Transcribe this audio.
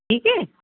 ٹھیک ہے